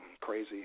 crazy